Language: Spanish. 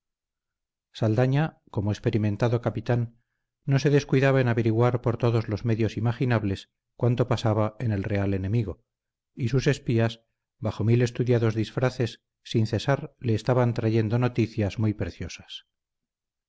saldaña como experimentado capitán no se descuidaba en averiguar por todos los medios imaginables cuanto pasaba en el real enemigo y sus espías bajo mil estudiados disfraces sin cesar le estaban trayendo noticias muy preciosas